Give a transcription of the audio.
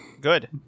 Good